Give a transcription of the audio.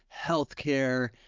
healthcare